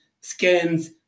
scans